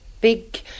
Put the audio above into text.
big